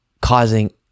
causing